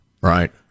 right